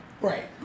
Right